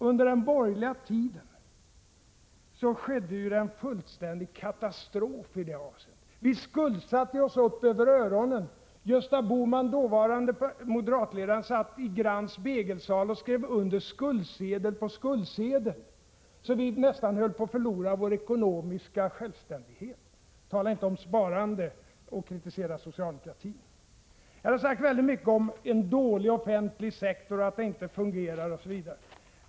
Under den borgerliga tiden skedde det ju en fullständig katastrof i det här avseendet — vi skuldsatte oss upp över öronen. Gösta Bohman, dåvarande moderatledaren, satt i Grand Hötels spegelsal och skrev under skuldsedel på skuldsedel, så att vi nästan höll på att förlora vår ekonomiska självständighet. Tala inte om sparande och kritisera socialdemokratin! Det har sagts mycket om en dålig offentlig sektor, att den inte fungerar osv.